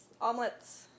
omelets